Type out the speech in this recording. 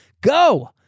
Go